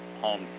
home